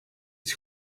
het